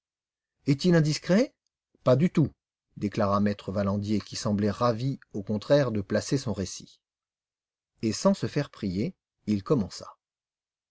est-il indiscret pas du tout déclara m e valandier qui semblait ravi au contraire de placer son récit et sans se faire prier il commença